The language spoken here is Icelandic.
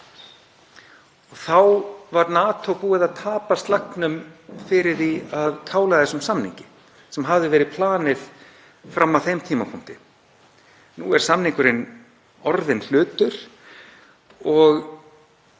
Þá var NATO búið að tapa slagnum hvað það varðar að kála þessum samningi sem hafði verið planið fram að þeim tímapunkti. Nú er samningurinn orðinn hlutur og